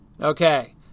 Okay